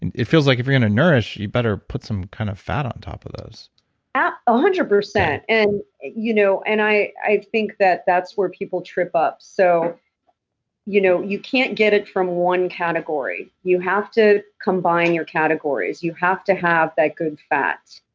and it feels like if you're going to nourish, you better put some kind of fat on top of those one ah hundred percent. and you know and i i think that that's where people trip up. so you know you can't get it from one category. you have to combine your categories. you have to have that good fat.